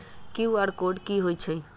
QR code कि हई छई?